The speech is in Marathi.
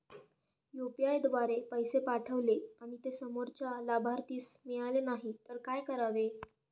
यु.पी.आय द्वारे पैसे पाठवले आणि ते समोरच्या लाभार्थीस मिळाले नाही तर काय करावे?